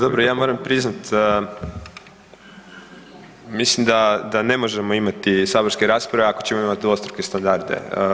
Dobro ja moram priznati da, mislim da ne možemo imati saborske rasprave ako ćemo imati dvostruke standarde.